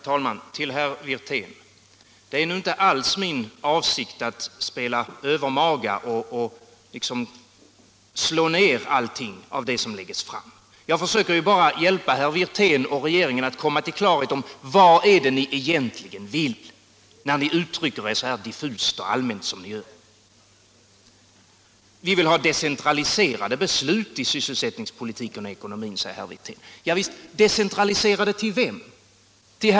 Nr 47 Herr talman! Det är nuinte alls min avsikt, herr Wirtén, att spela övermaga Torsdagen den och slå ned allt som läggs fram. Jag försöker bara hjälpa herr Wirtén och 16.december 1976 regeringen att komma till klarhet om vad ni egentligen vill när ni uttrycker er så diffust och allmänt som ni gör. Samordnad Vi vill ha decentraliserade beslut i sysselsättningspolitiken och ekonomin, = sysselsättnings och sade herr Wirtén. Ja visst, men decentraliserade till vem? Till herr Nicolin?